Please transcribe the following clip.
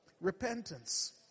Repentance